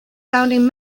founding